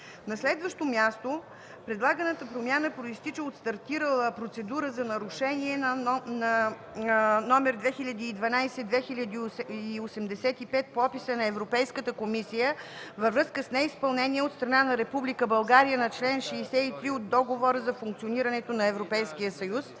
На следващо, място предлаганата промяна произтича от стартирала процедура за нарушение на № 2012/2085 по описа на Европейската комисия във връзка с неизпълнение от страна на Република България на чл. 63 от Договора за функционирането на Европейския съюз,